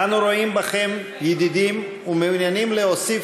אנו רואים בכם ידידים ומעוניינים להוסיף